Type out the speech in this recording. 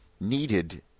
needed